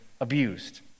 abused